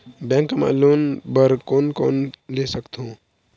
Bank मा loan बर कोन कोन ले सकथों?